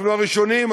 אנחנו הראשונים,